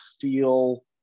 feel